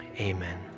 amen